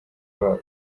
babo